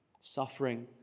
suffering